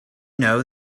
know